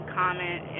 comment